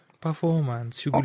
performance